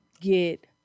get